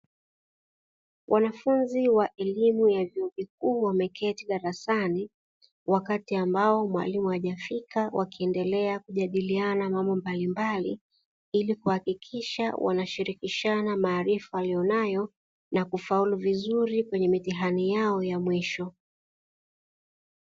Wanafunzi wa elimu ya vyuo vikuu wameketi darasani, wakati ambao mwalimu hajafika wakiendelea kujadiliana mambo mbalimbali ili kuhakikisha wanashirikishana maarifa aliyonayo na kufaulu vizuri kwenye mitihani yao ya mwisho.